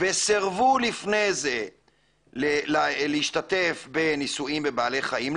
וסירבו לפני זה להשתתף בניסויים בבעלי חיים,